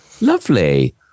Lovely